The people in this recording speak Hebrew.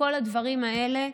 בכל הדברים האלה,